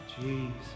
Jesus